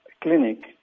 clinic